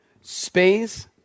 Space